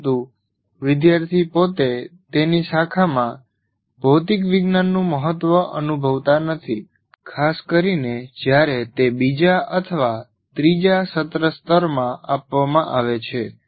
પરંતુ વિદ્યાર્થી પોતે તેની શાખામાં ભૌતિક વિજ્ઞાનનું મહત્વ અનુભવતા નથી ખાસ કરીને જ્યારે તે બીજા અથવા ત્રીજા સત્ર સ્તરમાં આપવામાં આવે છે